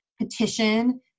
petition